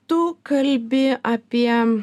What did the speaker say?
tu kalbi apie